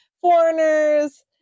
foreigners